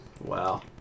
Wow